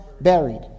buried